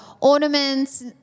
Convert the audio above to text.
ornaments